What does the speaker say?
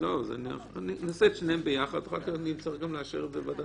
אז צריך לשאול את חבר הכנסת טיבי ואת חבר הכנסת בן-צור,